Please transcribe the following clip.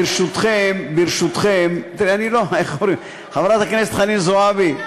וברשותכם, חברת הכנסת חנין זועבי,